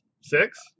Six